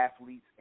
athletes